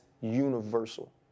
universal